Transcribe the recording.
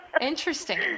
Interesting